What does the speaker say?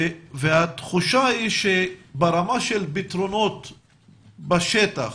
והתחושה היא שברמה של פתרונות בשטח,